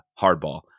hardball